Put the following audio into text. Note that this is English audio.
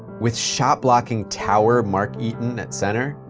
with shot-blocking tower mark eaton at center,